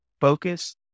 focus